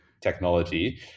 technology